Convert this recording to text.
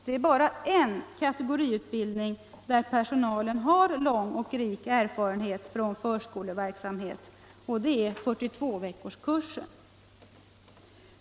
Det finns bara en kategoriutbildning där personalen har lång och rik erfarenhet av förskoleverksamhet, och det är 42-veckorskursen.